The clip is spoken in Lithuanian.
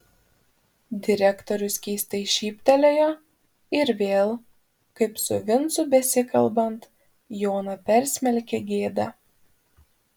direktorius keistai šyptelėjo ir vėl kaip su vincu besikalbant joną persmelkė gėda